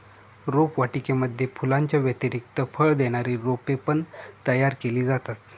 रोपवाटिकेमध्ये फुलांच्या व्यतिरिक्त फळ देणारी रोपे पण तयार केली जातात